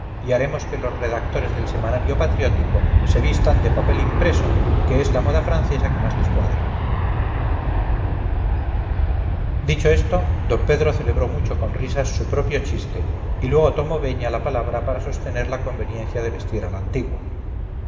y haremos que los redactores del semanario patriótico se vistan de papel impreso que es la moda francesa que más les cuadra dicho esto d pedro celebró mucho con risas su propio chiste y luego tomó beña la palabra para sostener la conveniencia de vestir a la antigua